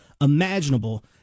imaginable